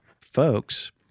folks